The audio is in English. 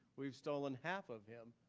we've stolen half of him.